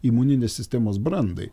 imuninės sistemos brandai